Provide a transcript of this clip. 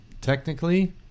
technically